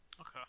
Okay